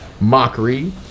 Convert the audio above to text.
mockery